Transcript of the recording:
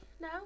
now